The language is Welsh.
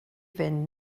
fynd